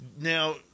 Now